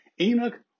Enoch